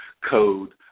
code